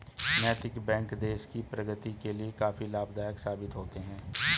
नैतिक बैंक देश की प्रगति के लिए काफी लाभदायक साबित होते हैं